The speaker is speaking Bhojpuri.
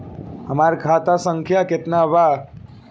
हमार खाता संख्या केतना बा?